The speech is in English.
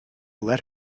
let